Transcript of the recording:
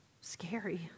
scary